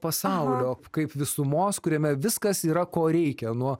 pasaulio kaip visumos kuriame viskas yra ko reikia nuo